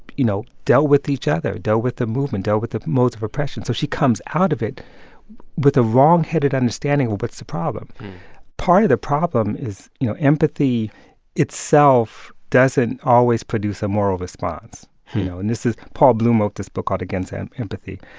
you know, dealt with each other, dealt with the movement, dealt with the modes of oppression. so she comes out of it with a wrongheaded understanding of what's the problem part of the problem is, you know, empathy itself doesn't always produce a moral response and this is paul bloom wrote this book called against and empathy.